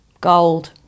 gold